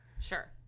sure